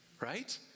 right